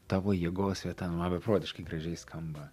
tavo jėgos vieta man beprotiškai gražiai skamba